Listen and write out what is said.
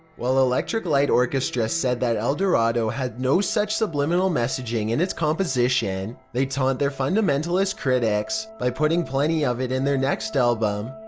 while electric light orchestra said that eldorado had no such subliminal messaging in its composition, they taunted their fundamentalist critics by putting plenty of it in their next album,